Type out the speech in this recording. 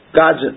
God's